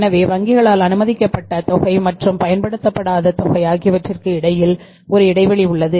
எனவே வங்கிகளால் அனுமதிக்கப்பட்ட தொகை மற்றும் பயன்படுத்தப்படாத தொகை ஆகியவற்றிற்கு இடையில் ஒரு இடைவெளி உள்ளது